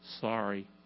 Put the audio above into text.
Sorry